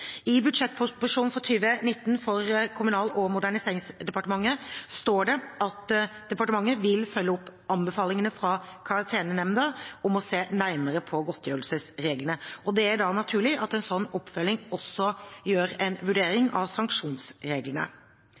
I budsjettproposisjonen for 2019 for Kommunal- og moderniseringsdepartementet står det at departementet vil følge opp anbefalingene fra Karantenenemnda om å se nærmere på godtgjørelsesreglene, og det er da naturlig at en slik oppfølging også omfatter en vurdering av sanksjonsreglene.